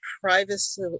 privacy